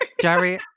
Jerry